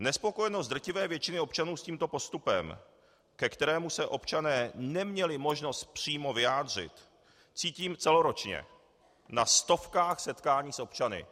Nespokojenost drtivé většiny občanů s tímto postupem, ke kterému se občané neměli možnost přímo vyjádřit, cítím celoročně, na stovkách setkání s občany.